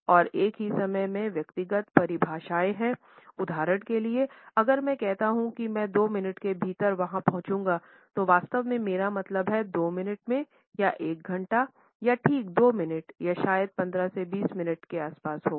और एक ही समय में व्यक्तिगत परिभाषाएँ हैं उदाहरण के लिए अगर मैं कहता हूं कि मैं 2 मिनट के भीतर वहां पहुंचूंगा तो वास्तव में मेरा क्या मतलब है 2 मिनटों में या 1 घंटा या ठीक 2 मिनट या शायद 15 या 20 मिनट के आसपास होगा